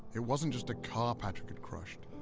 it wasn't just a car patrik had crushed.